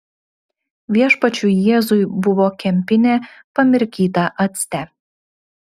viešpačiui jėzui buvo kempinė pamirkyta acte